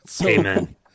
Amen